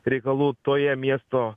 reikalų toje miesto